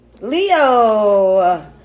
leo